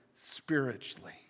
spiritually